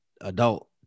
adult